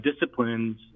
disciplines